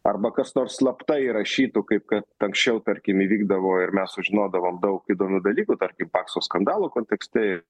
arba kas nors slapta įrašytų kaip kad anksčiau tarkim įvykdavo ir mes sužinodavom daug įdomių dalykų tarkim pakso skandalo kontekste